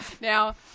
Now